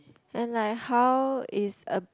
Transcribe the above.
and like how is a